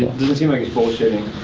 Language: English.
doesn't seem like he's bullshitting.